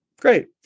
Great